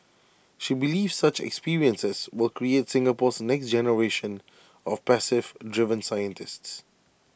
she believes such experiences will create Singapore's next generation of passive driven scientists